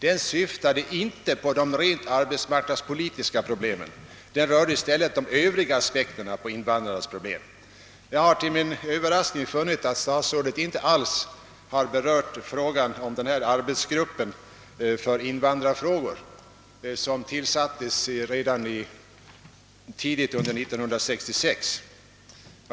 Den syftade inte på de rent arbetsmarknadspolitiska problemen. Den rörde i stället de övriga aspekterna på invandrarproblemen, Jag fann till min överraskning att statsrådet inte alls har berört den arbetsgrupp för invandrarfrågor, som tillsattes redan tidigt på våren 1966.